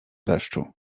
deszczu